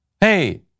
Hey